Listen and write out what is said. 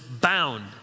bound